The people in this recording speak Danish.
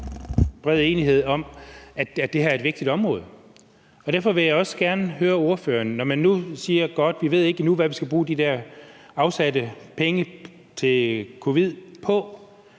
en bred enighed om, at det her er et vigtigt område, og derfor vil jeg gerne høre ordføreren: Når man siger, at vi endnu ikke ved, hvad vi skal bruge de penge, der er afsat til covid-19,